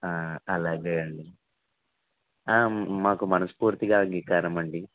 అలాగే అండి మాకు మనస్ఫూర్తిగా అంగీకారం అండి